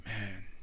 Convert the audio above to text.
Man